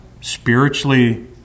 spiritually